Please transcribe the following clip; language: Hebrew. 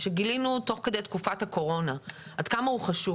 שגילינו תוך כדי תקופת הקורונה עד כמה הוא חשוב.